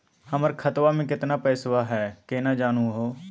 हमर खतवा मे केतना पैसवा हई, केना जानहु हो?